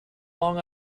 long